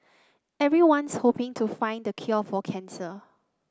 everyone's hoping to find the cure for cancer